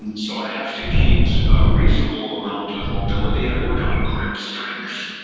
and so i have to keep a reasonable amount of mobility, i work on grip strength,